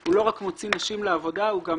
הוא לא רק מוציא נשים לעבודה אלא הוא גם